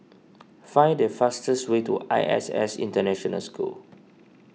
find the fastest way to I S S International School